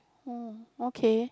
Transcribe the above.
oh okay